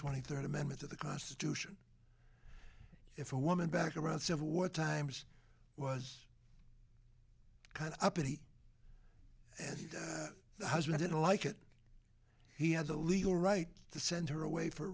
twenty third amendment to the constitution if a woman back around civil war times was kind of uppity and the husband didn't like it he has a legal right to send her away for